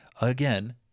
again